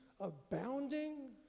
abounding